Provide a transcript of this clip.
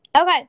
Okay